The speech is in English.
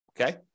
Okay